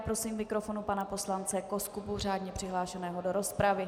Prosím k mikrofonu pana poslance Koskubu řádně přihlášeného do rozpravy.